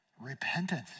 Repentance